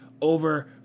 over